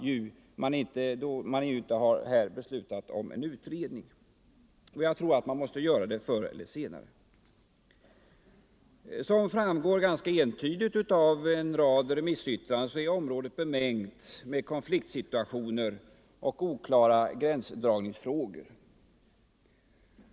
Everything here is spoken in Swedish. Jag tror att man måste göra det förr eller senare. Som framgår ganska entydigt av en rad remissyttranden är området bemängt med konfliktsituationer och svåra gränsdragningsfrågor.